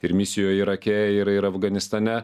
ir misijoje irake ir ir afganistane